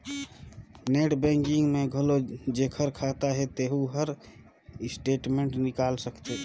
net banking में घलो जेखर खाता हे तेहू हर स्टेटमेंट निकाल सकथे